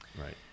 Right